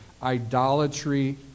idolatry